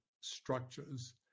structures